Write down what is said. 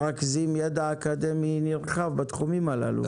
שמרכזים ידע אקדמי נרחב בתחומים הללו.